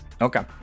Okay